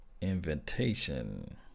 invitation